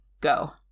Go